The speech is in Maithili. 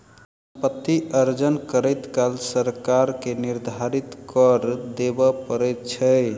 सम्पति अर्जन करैत काल सरकार के निर्धारित कर देबअ पड़ैत छै